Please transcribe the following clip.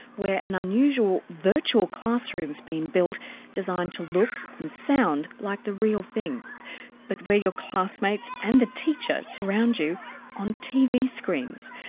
where an unusual virtual classroom's been built designed to look, and sound, like the real thing but where your classmates and the teacher surround you on tv screens.